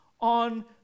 on